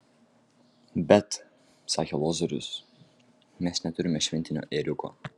bet sakė lozorius mes neturime šventinio ėriuko